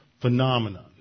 phenomenon